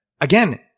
again